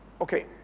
Okay